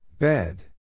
Bed